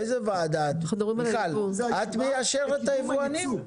איזו וועדה, מיכל את מיישרת את היבואנים?